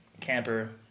Camper